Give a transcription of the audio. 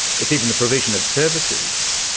it's even the provision of services.